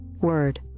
word